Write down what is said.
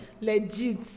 legit